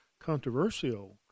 controversial